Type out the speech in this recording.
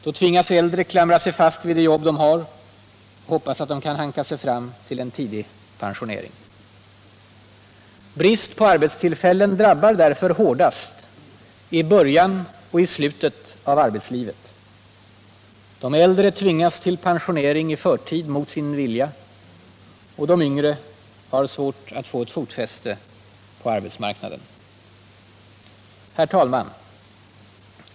Då tvingas äldre klamra sig fast vid det jobb de har och hoppas att de kan hanka sig fram till en tidig pensionering. Brist på arbetstillfällen drabbar därför hårdast i början och slutet av arbetslivet. De äldre tvingas till pensionering i förtid mot sin vilja och de yngre har svårt att få ett fotfäste på arbetsmarknaden. Herr talman!